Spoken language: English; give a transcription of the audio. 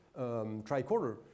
Tricorder